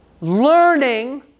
Learning